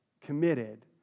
committed